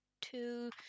two